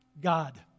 God